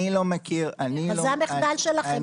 זה המחדל שלכם.